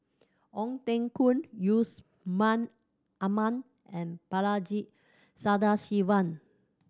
Ong Teng Koon Yusman Aman and Balaji Sadasivan